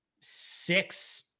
six